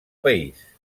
país